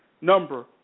number